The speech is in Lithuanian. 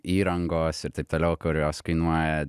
įrangos ir taip toliau kurios kainuoja